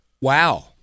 Wow